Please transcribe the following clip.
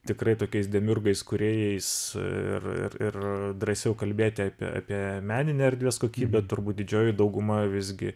tikrai tokiais demiurgais kūrėjais ir ir ir drąsiau kalbėti apie apie meninę erdvės kokybę turbūt didžioji dauguma visgi